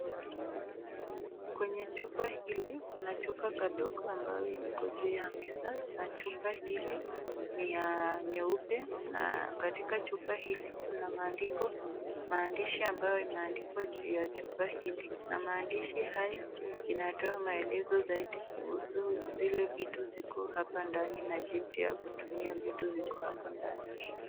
Kwenye chupa hili, kuna chupa kadogo ambayo Iko juu ya meza na chupa hili, ni ya nyeupe na katika chupa hili kuna maandiko, maandishi ambayo inaandikwa juu ya chupa hili. Na maandishi haya, inatoa maelezo zaidi kuhusu zile vitu ziko hapa ndani na jinsi ya kutumia vitu ziko hapa ndani.